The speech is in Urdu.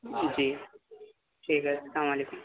جی ٹھیک ہے السلام علیکم